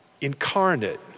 incarnate